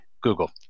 Google